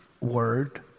word